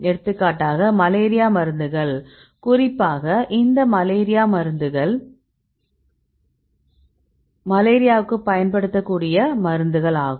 எடுத்துக்காட்டாக மலேரியா மருந்துகள் குறிப்பாக இந்த மலேரியாவுக்கு பயன்படுத்திய மருந்துகள் ஆகும்